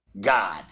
God